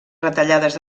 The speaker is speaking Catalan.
retallades